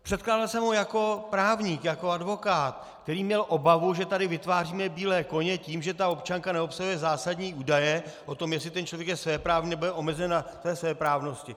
Předkládal jsem ho jako právník, jako advokát, který měl obavu, že tady vytváříme bílé koně tím, že ta občanka neobsahuje zásadní údaje o tom, jestli ten člověk je svéprávný, nebo je omezen na té svéprávnosti.